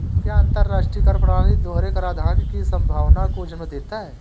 क्या अंतर्राष्ट्रीय कर प्रणाली दोहरे कराधान की संभावना को जन्म देता है?